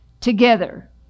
together